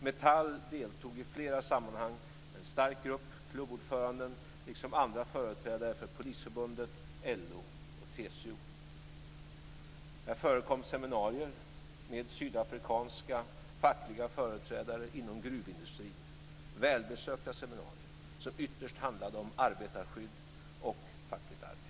Metall deltog i flera sammanhang med en stark grupp, klubbordföranden, liksom andra företrädare för Polisförbundet, LO och TCO. Här förekom seminarier med sydafrikanska fackliga företrädare inom gruvindustrin. Det var välbesökta seminarier, vilka ytterst handlade om arbetarskydd och fackligt arbete.